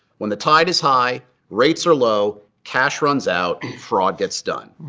when the tide is high, rates are low, cash runs out, fraud gets done.